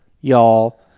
y'all